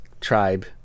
tribe